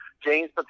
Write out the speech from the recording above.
James